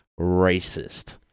racist